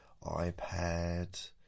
iPad